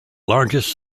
largest